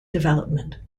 development